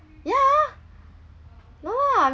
yeah no ah